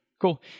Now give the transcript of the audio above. Cool